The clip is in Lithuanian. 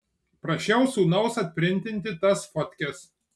prašiau sūnaus atprintinti tas fotkes